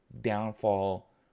downfall